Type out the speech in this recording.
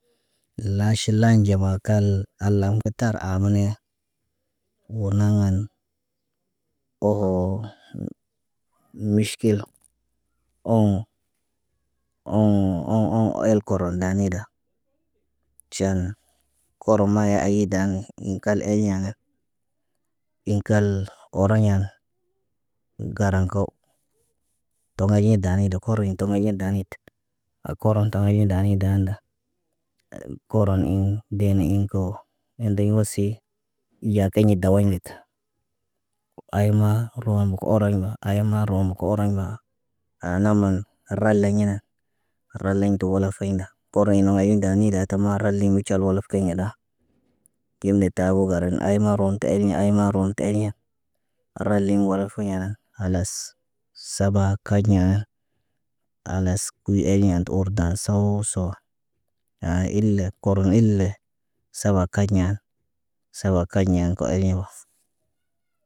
Laʃi laanɟeba kal al lam kə tar aamane wo naŋgan oho miʃilkil ooŋgo. Ooŋgo ooŋgo el koro daanida. Can, kooromaye ayidan ə kal eyana ə kal oroɲa graŋg ko toŋg ɲi daanida kod koreɲi tumani daanit a koron toŋgoɲi dani daan da. Koron iŋg deeni iŋg ko. Eldeɲ wosi. Yakeyni dawoɲit ay ma roon kə oroɲ ma, ay ma room kə oroɲ ba aana naman haray leɲina. Raleɲtu walaf kiɲ da, toriɲ nowiɲ daanida tə mara li, ngi cal wolof kiɲ gida. Kim letabo garən ayma roonte, te elɲe ayma roon tə elɲa raliŋg walaf kiɲa khalas. Sabaa kaɲa khalas wi eyiɲen ti tə orda sooowa. Yaani il- lə koron il- le sawa kacɲa sawakacɲa kə oriɲ wos.